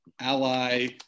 ally